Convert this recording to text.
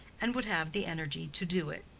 and would have the energy to do it.